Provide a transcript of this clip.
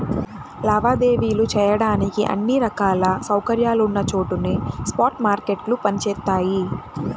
లావాదేవీలు చెయ్యడానికి అన్ని రకాల సౌకర్యాలున్న చోటనే స్పాట్ మార్కెట్లు పనిచేత్తయ్యి